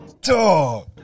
Duh